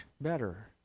better